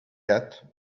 hat